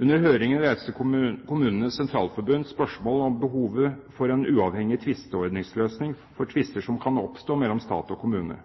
Under høringen reiste KS spørsmål om behovet for en uavhengig tvisteordningsløsning for tvister som kan oppstå mellom stat og kommune.